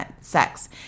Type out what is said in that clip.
sex